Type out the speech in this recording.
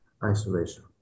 Isolation